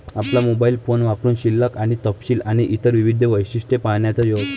आपला mobile phone वापरुन शिल्लक आणि तपशील आणि इतर विविध वैशिष्ट्ये पाहण्याचा योग